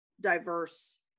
diverse